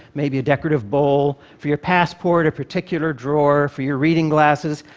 maybe a decorative bowl. for your passport, a particular drawer. for your reading glasses,